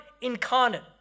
incarnate